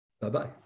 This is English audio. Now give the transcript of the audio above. Bye-bye